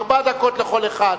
ארבע דקות לכל אחד.